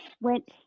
went